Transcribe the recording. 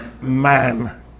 man